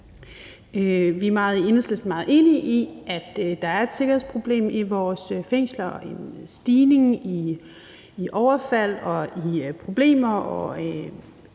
meget enige i, at der er et sikkerhedsproblem i fængslerne og en stigning i overfald og i problemer